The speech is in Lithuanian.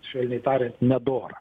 švelniai tariant nedora